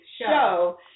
Show